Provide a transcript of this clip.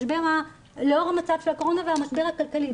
לאור המצב של הקורונה והמשבר הכלכלי,